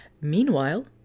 Meanwhile